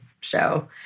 show